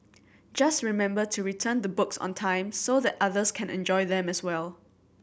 just remember to return the books on time so that others can enjoy them as well